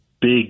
big